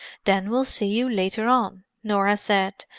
then we'll see you later on, norah said,